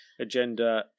Agenda